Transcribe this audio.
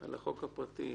על החוק הפרטי,